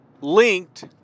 linked